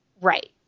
Right